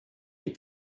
est